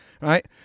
Right